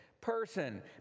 person